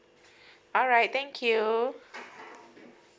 alright thank you